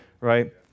right